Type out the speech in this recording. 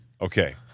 Okay